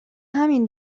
همین